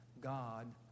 God